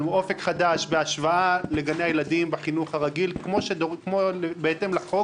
על "אופק חדש" בהשוואה לגני הילדים בחינוך הרגיל בהתאם לחוק.